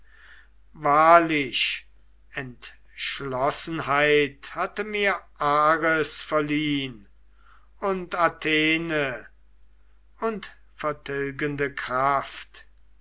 wahrlich entschlossenheit hatte mir ares verliehn und athene und vertilgende kraft